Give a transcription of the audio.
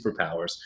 superpowers